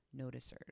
noticers